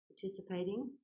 participating